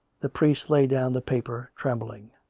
the priest laid down the paper, trembling.